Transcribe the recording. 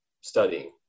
studying